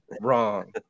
wrong